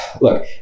look